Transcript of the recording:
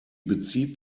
bezieht